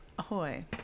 Ahoy